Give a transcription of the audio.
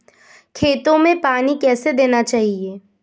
खेतों में पानी कैसे देना चाहिए?